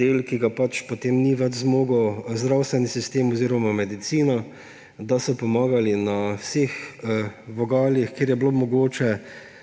del, ki ga potem ni več zmogel zdravstveni sistem oziroma medicina, da so pomagali na vseh vogalih, kjer je bilo mogoče,